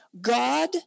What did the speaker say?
God